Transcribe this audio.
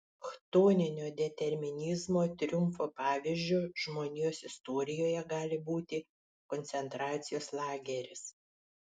chtoninio determinizmo triumfo pavyzdžiu žmonijos istorijoje gali būti koncentracijos lageris